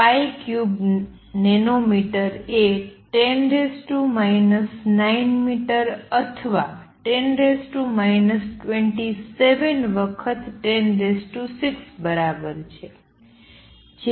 તેથી 53 nano metre એ 10 9 metre અથવા 10 27 વખત 106 બરાબર છે